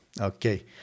Okay